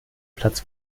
platz